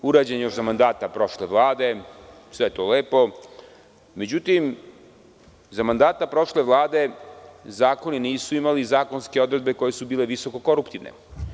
Urađen je još za mandata prošle Vlade, sve je to lepo, međutim, za mandata prošle Vlade zakoni nisu imali zakonske odredbe koje su bile visoko koruptivne.